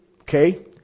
Okay